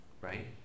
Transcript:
Right